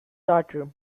daughter